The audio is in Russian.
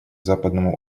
западному